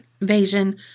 invasion